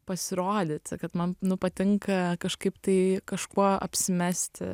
pasirodyti kad man nu patinka kažkaip tai kažkuo apsimesti